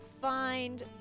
find